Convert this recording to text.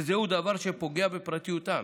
וזה דבר שפוגע בפרטיותם.